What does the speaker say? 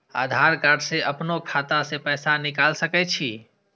आधार कार्ड से अपनो खाता से पैसा निकाल सके छी?